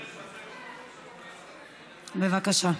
בבקשה.